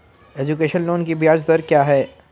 Education loan की ब्याज दर क्या है?